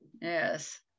Yes